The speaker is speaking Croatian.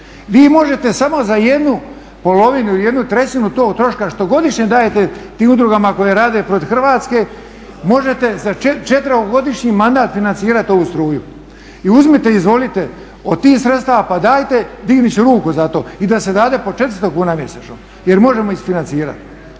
Vi možete samo za jednu polovinu ili jednu trećinu tog troška što godišnje dajete tim udrugama koje rade protiv Hrvatske možete za 4-godišnji mandat financirati ovu struju. I uzmite, izvolite od tih sredstava pa dajte, dignut ću ruku za to, i da se dade po 400 kn mjesečno jer možemo isfinancirati.